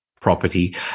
property